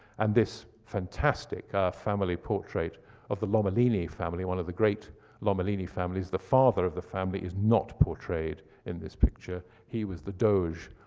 and this fantastic family portrait of the lomellini family, one of the great lomellini families. the father of the family is not portrayed in this picture. he was the doge